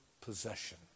possession